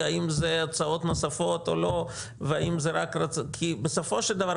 האם זה הוצאות נוספות או לא כי בסופו של דבר,